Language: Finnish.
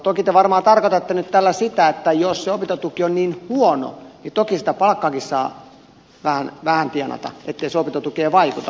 toki te varmaan tarkoitatte nyt tällä sitä että jos se opintotuki on niin huono niin toki sitä palkkaakin saa vähän tienata ettei se opintotukeen vaikuta